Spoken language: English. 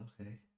okay